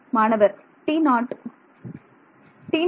மாணவர்T 0